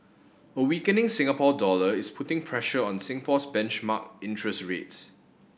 a weakening Singapore dollar is putting pressure on Singapore's benchmark interest rates